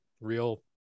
real